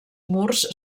murs